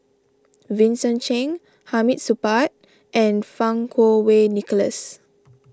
Vincent Cheng Hamid Supaat and Fang Kuo Wei Nicholas